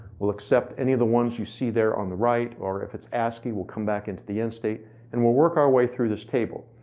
we'll accept any of the ones you see there on the right or if it's ascii, we'll come back into the end state and we'll work our way through this table.